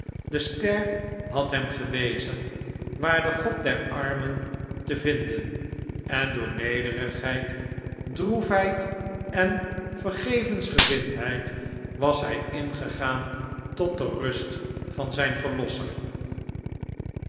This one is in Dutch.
de ster had hem gewezen